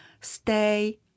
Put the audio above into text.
stay